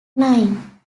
nine